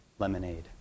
lemonade